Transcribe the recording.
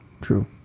true